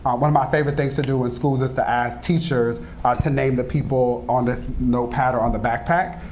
um one of my favorite things to do in schools is to ask teachers to name the people on this notepad or on the backpack.